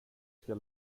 ska